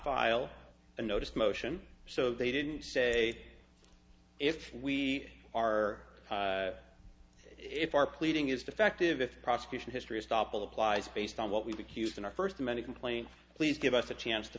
file a notice motion so they didn't say if we are if our pleading is defective if prosecution history stop applies based on what we were kids in our first many complaints please give us a chance to